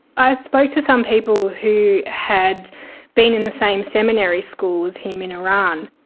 i spoke to some people who had been in same seminary school as him in iran.